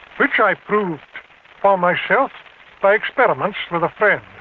which i proved for myself by experiments with a friend.